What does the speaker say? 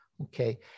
okay